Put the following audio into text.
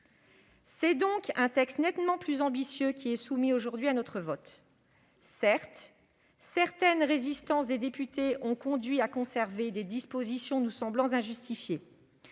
C'est donc un texte nettement plus ambitieux qui est soumis aujourd'hui à notre vote. Certes, certaines résistances des députés ont conduit à conserver des dispositions nous semblant injustifiées.